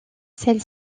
celle